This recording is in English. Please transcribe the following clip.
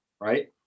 Right